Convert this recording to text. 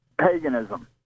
paganism